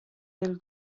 del